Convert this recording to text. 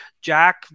Jack